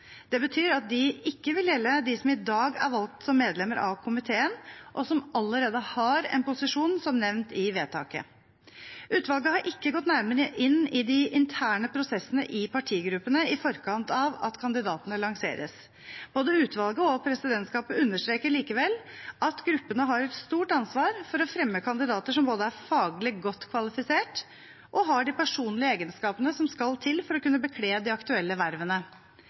Det betyr at de ikke vil gjelde dem som i dag er valgt som medlemmer av komiteen, og som allerede har en posisjon som nevnt i vedtaket. Utvalget har ikke gått nærmere inn i de interne prosessene i partigruppene i forkant av at kandidatene lanseres. Både utvalget og presidentskapet understreker likevel at gruppene har et stort ansvar for å fremme kandidater som både er faglig godt kvalifisert og har de personlige egenskapene som skal til for å kunne bekle de aktuelle vervene.